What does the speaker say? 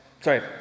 sorry